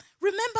Remember